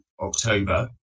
October